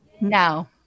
Now